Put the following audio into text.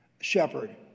Shepherd